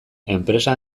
enpresa